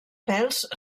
pèls